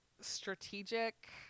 strategic